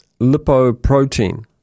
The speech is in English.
lipoprotein